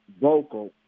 vocal